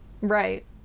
Right